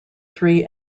three